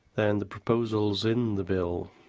and the proposals in the bill